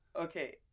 okay